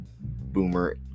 boomer